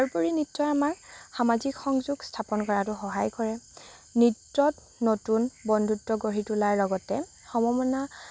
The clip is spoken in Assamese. তাৰোপৰি নৃত্যই আমাক সামাজিক সংযোগ স্থাপন কৰাতো সহায় কৰে নৃত্যত নতুন বন্ধুত্ব গঢ়ি তোলাৰ লগতে